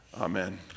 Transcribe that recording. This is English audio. Amen